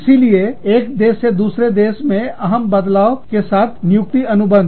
इसीलिए एक देश से दूसरे देश में अहम बदलाव के साथ नियुक्ति अनुबंध